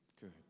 Good